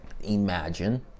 Imagine